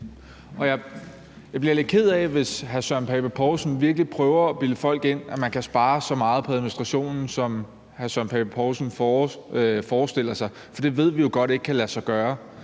Jeg bliver lidt ked af det, hvis hr. Søren Pape Poulsen virkelig prøver at bilde folk ind, at man kan spare så meget på administrationen, som hr. Søren Pape Poulsen forestiller sig. For det ved vi jo godt ikke kan lade sig gøre.